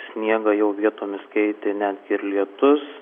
sniegą jau vietomis keitė net ir lietus